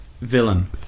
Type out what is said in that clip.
Villain